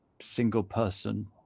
single-person